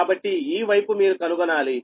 కాబట్టి ఈ వైపు మీరు కనుగొనాలి